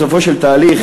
בסופו של תהליך,